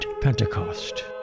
Pentecost